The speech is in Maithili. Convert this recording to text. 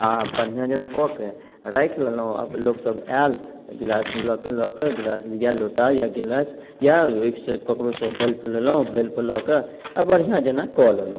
आ बढ़िऑं जेना कऽ के राखि लेलहुॅं आ लोकसब आयल तऽ गिलास लऽ के गिलास या लोटा या गिलास या केकरो सॅं हेल्प लेलहुॅं हेल्प लऽ कऽ बढ़िऑं जेना कऽ लेलहुॅं